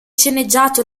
sceneggiato